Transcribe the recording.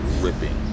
ripping